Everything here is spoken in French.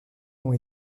ont